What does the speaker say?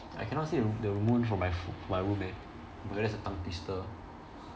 I cannot see the the moon from my f~ from my room eh !wah! that's a tongue twister